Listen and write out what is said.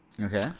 Okay